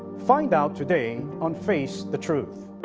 find out today on face the truth.